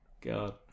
god